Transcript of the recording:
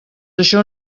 això